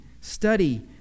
study